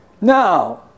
Now